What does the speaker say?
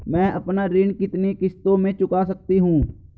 मैं अपना ऋण कितनी किश्तों में चुका सकती हूँ?